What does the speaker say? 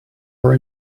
are